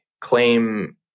claim